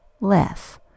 less